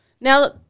Now